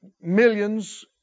millions